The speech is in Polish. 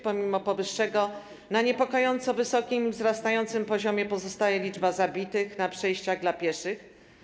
Pomimo powyższego na niepokojąco wysokim, wzrastającym poziomie pozostaje liczba zabitych na przejściach dla pieszych.